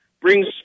Brings